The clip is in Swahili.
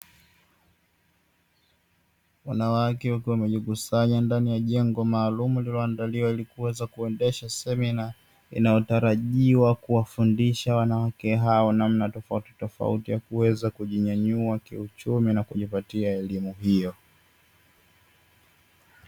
Wanawake wakiwa wamejikusanya ndani ya jengo maalumu lililoandaliwa ili kuweza kuendesha semina, inayotarajiwa kuwafundisha wanawake hao namna tofautitofauti ya kuweza kujinyanyua kiuchumi na kujipatia elimu hiyo.